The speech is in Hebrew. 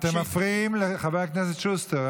אתם מפריעים לחבר הכנסת שוסטר.